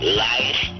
life